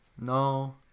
No